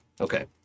Okay